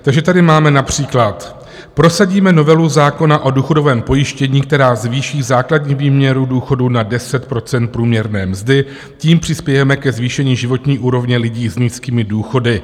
Takže tady máme například: Prosadíme novelu zákona o důchodovém pojištění, která zvýší základní výměru důchodů na 10 % průměrné mzdy, tím přispějeme ke zvýšení životní úrovně lidí s nízkými důchody.